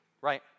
right